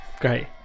Great